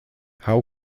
how